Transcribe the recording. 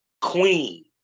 queen